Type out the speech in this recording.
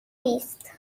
نیست